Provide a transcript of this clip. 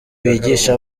bigisha